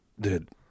Dude